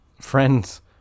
friends